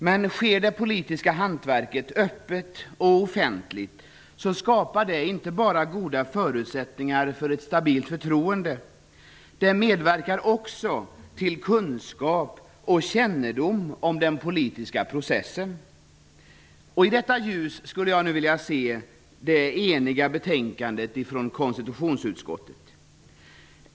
Men om det politiska hantverket sker öppet och offentligt, skapar det inte bara förutsättningar för ett stabilt förtroende utan medverkar också till kunskap och kännedom om den politiska processen. I detta ljus vill jag se det eniga betänkandet från konstitutionsutskottet.